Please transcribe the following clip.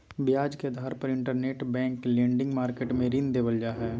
ब्याज के आधार पर इंटरबैंक लेंडिंग मार्केट मे ऋण देवल जा हय